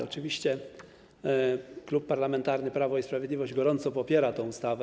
Oczywiście Klub Parlamentarny Prawo i Sprawiedliwość gorąco popiera tę ustawę.